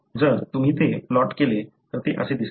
जर तुम्ही ते प्लॉट केले तर ते असे दिसते